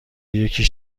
یکی